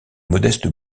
modeste